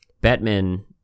Batman